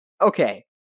Okay